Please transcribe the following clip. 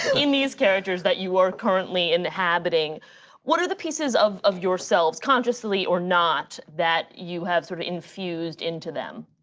in these characters that you are currently inhabiting what are the pieces of of yourselves, consciously or not, that you have sorta sort of infused into them?